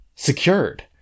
Secured